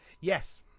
Yes